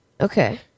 Okay